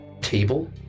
table